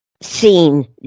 seen